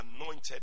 anointed